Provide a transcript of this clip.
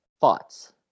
Thoughts